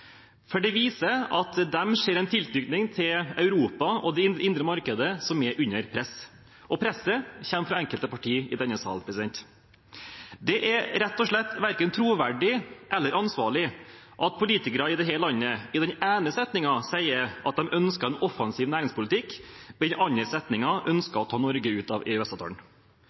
bra. Det viser at de ser en tilknytning til Europa og det indre markedet som er under press. Presset kommer fra enkelte partier i denne salen. Det er rett og slett verken troverdig eller ansvarlig at politikere i dette landet i den ene setningen sier at de ønsker en offensiv næringspolitikk, og i den andre at de ønsker å ta Norge ut av